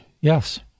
Yes